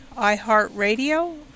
iHeartRadio